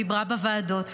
ודיברה בוועדות,